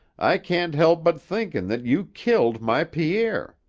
i can't help but thinkin' that you killed my pierre.